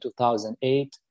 2008